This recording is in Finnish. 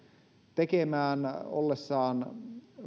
tekemään ollessaan